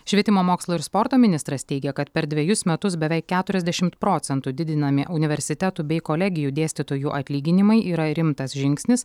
švietimo mokslo ir sporto ministras teigia kad per dvejus metus beveik keturiasdešimt procentų didinami universitetų bei kolegijų dėstytojų atlyginimai yra rimtas žingsnis